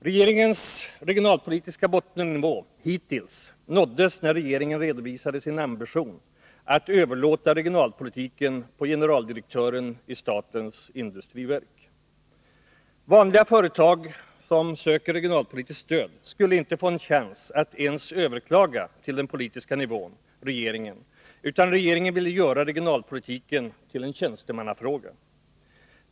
Regeringens regionalpolitiska bottennivå, hittills, nåddes när regeringen redovisade sin ambition att överlåta regionalpolitiken på generaldirektören i statens industriverk. Vanliga företag som söker regionalpolitiskt stöd skulle inte få en chans att ens överklaga till den politiska nivån — regeringen — utan regeringen ville göra regionalpolitiken till en tjänstemannafråga.